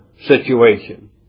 situation